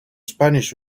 spanish